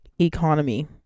economy